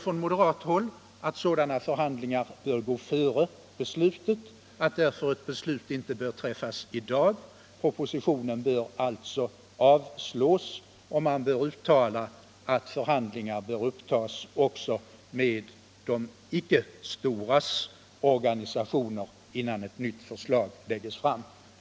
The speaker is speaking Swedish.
Från moderat håll anser vi att sådana förhandlingar bör gå före beslutet och att ett beslut därför inte bör träffas i dag. Propositionen bör alltså avslås, och riksdagen bör uttala att förhandlingar bör upptas också med de icke-storas organisationer innan ett nytt förslag läggs fram.